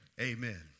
Amen